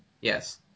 Yes